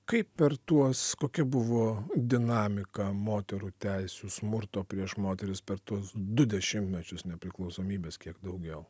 kaip per tuos kokia buvo dinamika moterų teisių smurto prieš moteris per tuos du dešimtmečius nepriklausomybės kiek daugiau